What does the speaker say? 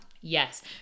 Yes